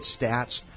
stats